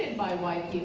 and by white